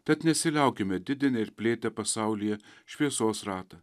tad nesiliaukime didinę ir plėtę pasaulyje šviesos ratą